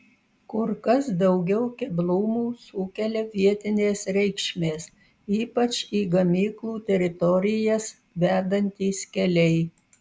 kur kas daugiau keblumų sukelia vietinės reikšmės ypač į gamyklų teritorijas vedantys keliai